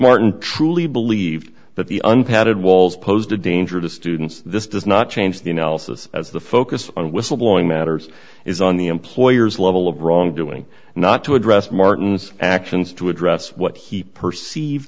martin truly believed that the un padded walls posed a danger to students this does not change the analysis as the focus on whistleblowing matters is on the employer's level of wrongdoing not to address martin's actions to address what he perceived